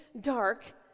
dark